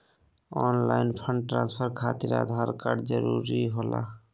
Online fund transfer खातिर Aadhaar card जरूरी होला?